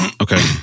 Okay